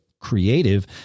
creative –